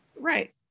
Right